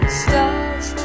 stars